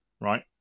right